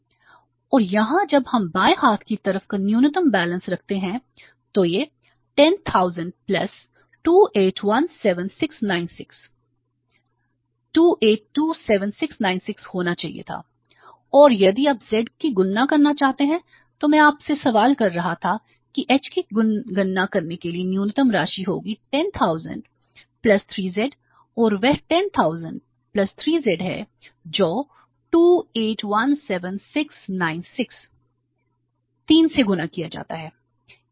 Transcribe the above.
और यहाँ जब हम बाएं हाथ की तरफ का न्यूनतम बैलेंस रखते हैं तो यह 10000 2817696 2827696 होना चाहिए था और यदि आप z की गणना करना चाहते हैं तो मैं आपसे सवाल कर रहा था कि h की गणना करने के लिए न्यूनतम राशि होगी 10000 3z और वह 10000 3z है जो 2817696 3 से गुणा किया जाता है